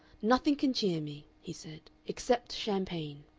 nothing can cheer me, he said, except champagne.